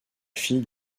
fille